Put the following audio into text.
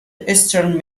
eastern